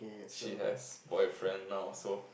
she has boyfriend now so